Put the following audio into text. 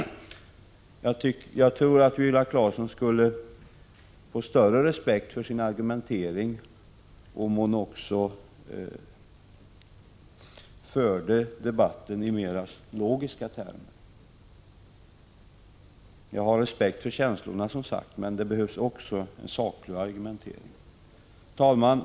Jag tror att Viola Claesson skulle få större respekt för sin argumentering om hon också förde debatten i mera logiska termer. Jag har som sagt respekt för känslorna, men det behövs också en saklig argumentering. Herr talman!